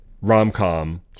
rom-com